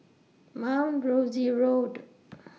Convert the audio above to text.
Mount Rosie Road